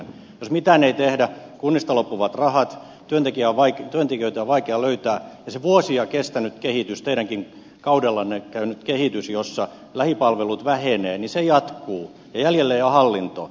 jos mitään ei tehdä kunnista loppuvat rahat työntekijöitä on vaikea löytää ja se vuosia kestänyt kehitys teidänkin kaudellanne käynyt kehitys jossa lähipalvelut vähenevät jatkuu ja jäljelle jää hallinto